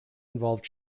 involved